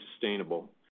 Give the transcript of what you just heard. sustainable